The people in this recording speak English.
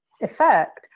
effect